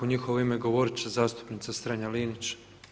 U njihovo ime govoriti će zastupnica Strenja-Linić.